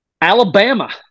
Alabama